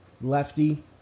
lefty